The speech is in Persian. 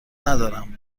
ندارم